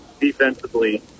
Defensively